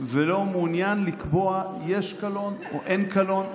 ולא מעוניין לקבוע אם יש קלון או אין קלון.